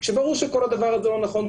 כשברור שכל הדבר הזה הוא לא נכון,